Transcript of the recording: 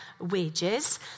wages